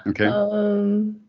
Okay